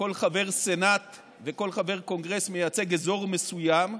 שכל חבר סנאט וכל חבר קונגרס מייצגים אזור מסוים.